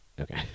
Okay